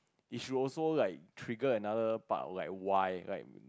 which also like trigger another part like why like